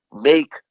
make